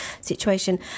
situation